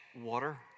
water